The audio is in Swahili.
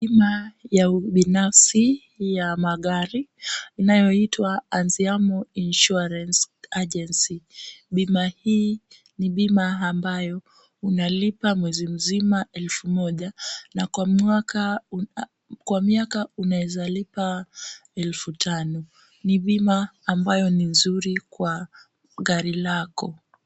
Bima ya ubinafsi ya magari inayoitwa Anziamo Insurance Agency, bima hii ni bima ambayo unalipa mwezi mzima elfu Moja, na kwa miaka unaeza lipa elfu tano ,ni bima ambayo ni nzuri kwa gari lako.